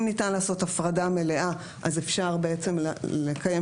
אם ניתן לעשות הפרדה מלאה אז אפשר בעצם לקיים